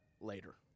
later